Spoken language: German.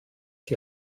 die